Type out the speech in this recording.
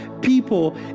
people